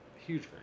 huge